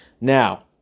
Now